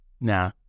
nah